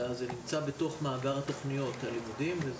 אלא זה נמצא בתוך מאגר תוכניות הלימודים.